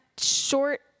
short